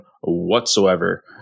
whatsoever